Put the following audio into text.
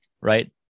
Right